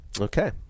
Okay